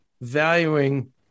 valuing